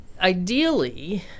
ideally